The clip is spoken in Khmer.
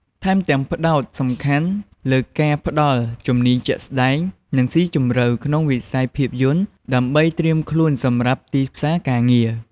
ថែមទាំងផ្ដោតសំខាន់លើការផ្ដល់ ជំនាញជាក់ស្ដែង និងស៊ីជម្រៅ ក្នុងវិស័យភាពយន្ត ដើម្បីត្រៀមខ្លួនសម្រាប់ទីផ្សារការងារ។